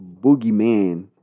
Boogeyman